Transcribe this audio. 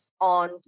on